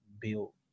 built